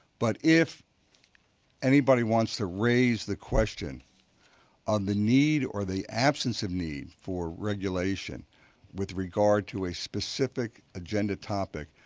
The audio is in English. but if anybody wants to raise the question on the need or the absence of need for regulation with regard to a specific agenda topic,